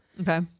Okay